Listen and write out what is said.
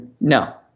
No